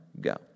go